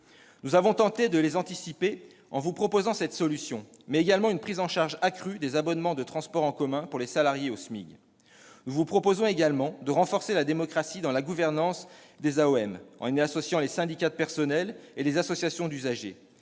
Nous avons tenté de les anticiper en vous proposant non seulement cette solution, mais également une prise en charge accrue des abonnements de transports en commun pour les salariés au SMIC. Nous vous proposerons aussi de renforcer la démocratie dans la gouvernance des AOM, en y associant les syndicats de personnels et les associations d'usagers